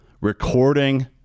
recording